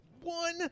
one